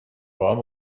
warm